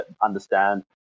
understand